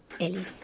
Ellie